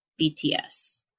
BTS